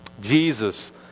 Jesus